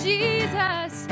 Jesus